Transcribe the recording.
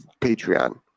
patreon